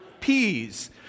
peas